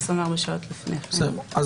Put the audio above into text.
זה